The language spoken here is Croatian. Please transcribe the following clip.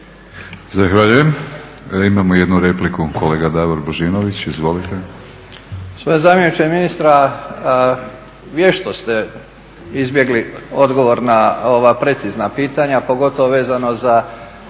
Zahvaljujem. Imamo jednu repliku, kolega Davor Božinović. Izvolite.